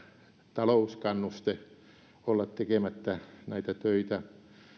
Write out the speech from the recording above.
talouskannuste olla tekemättä näitä töitä